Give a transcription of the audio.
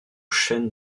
chen